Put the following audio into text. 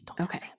Okay